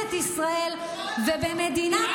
בתמיכה בטרור?